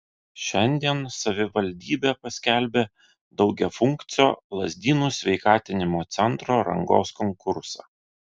šiandien savivaldybė paskelbė daugiafunkcio lazdynų sveikatinimo centro rangos konkursą